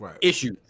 issues